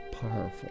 Powerful